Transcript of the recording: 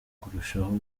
kurushaho